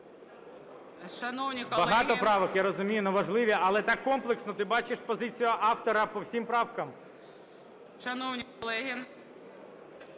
Багато правок, я розумію. Но важливі. Але так комплексно ти бачиш позицію автора по всім правкам.